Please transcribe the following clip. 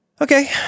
Okay